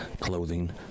clothing